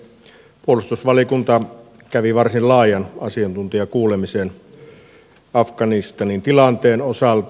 puolustusvaliokunta kävi varsin laajan asiantuntijakuulemisen afganistanin tilanteen osalta